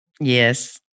Yes